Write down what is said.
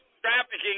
trafficking